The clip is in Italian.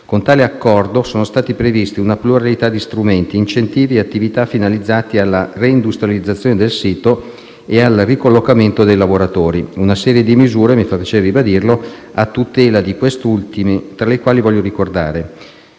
Con tale accordo sono stati previsti una pluralità di strumenti, incentivi e attività finalizzati alla reindustrializzazione del sito e al ricollocamento dei lavoratori, nonché una serie di misure - mi fa piacere ribadirlo - a tutela di questi ultimi. Tra queste, voglio ricordare